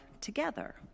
together